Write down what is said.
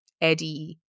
Eddie